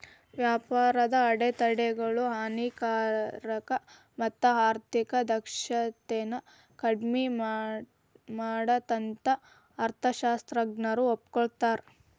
ವ್ಯಾಪಾರದ ಅಡೆತಡೆಗಳು ಹಾನಿಕಾರಕ ಮತ್ತ ಆರ್ಥಿಕ ದಕ್ಷತೆನ ಕಡ್ಮಿ ಮಾಡತ್ತಂತ ಅರ್ಥಶಾಸ್ತ್ರಜ್ಞರು ಒಪ್ಕೋತಾರ